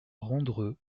rondreux